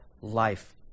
life